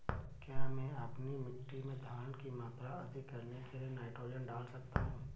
क्या मैं अपनी मिट्टी में धारण की मात्रा अधिक करने के लिए नाइट्रोजन डाल सकता हूँ?